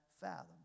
fathom